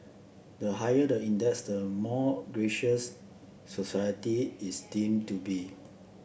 the higher the index the more gracious society is deemed to be